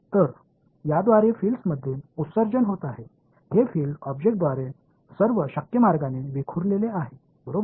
तर याद्वारे फिल्डमध्ये उत्सर्जन होत आहे हे फिल्ड ऑब्जेक्टद्वारे सर्व शक्य मार्गाने विखुरलेले आहे बरोबर